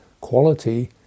quality